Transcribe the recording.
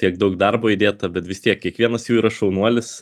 tiek daug darbo įdėta bet vis tiek kiekvienas jų yra šaunuolis